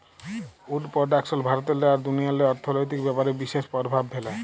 would production ভারতেল্লে আর দুনিয়াল্লে অথ্থলৈতিক ব্যাপারে বিশেষ পরভাব ফ্যালে